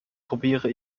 probiere